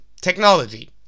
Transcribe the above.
Technology